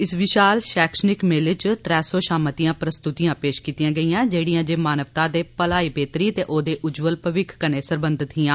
इस विशाल शैक्षिनक मेले च त्रै सौ शां मतियां पुस्तुतियां पेश कीतियां जेह्ड़ियां जे मानवता दे भलाई बेह्तरी ते ओहदे उज्जवल भविक्ख कन्नै सरबंधत हियां